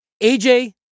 AJ